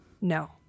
No